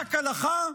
כפסק הלכה?